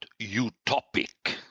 utopic